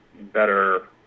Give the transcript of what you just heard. better